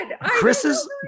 Chris's